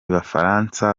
bafaransa